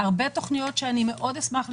התכניות שהצגתם פה,